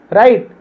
right